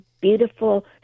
beautiful